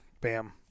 Bam